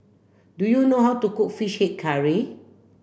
do you know how to cook fish head curry